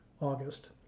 August